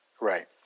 Right